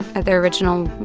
ah the original